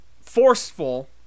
forceful